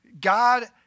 God